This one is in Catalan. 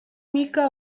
mica